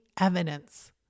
evidence